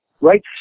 Right